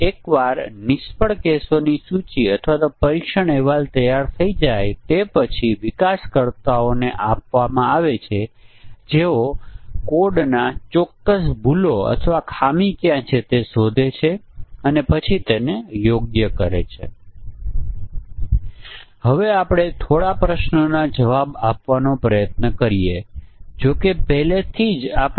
તેથી 2 દ્વારા કદાચ મોટા સોફ્ટવેરને પહેલાથી જ 80 ટકા ભૂલો મળી જશે જ્યારે તમે 3 સંયોજનો ધ્યાનમાં લો ત્યારે આપણે 90 ટકા અને 4 અથવા 5 દ્વારા બધી ભૂલો મેળવી શકીએ છીએ